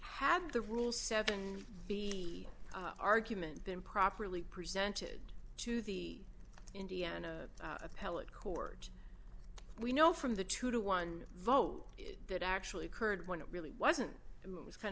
had the rule seven b argument been properly presented to the indiana appellate court we know from the two to one vote that actually occurred when it really wasn't it was kind